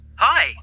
Hi